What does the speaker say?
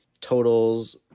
totals